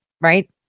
right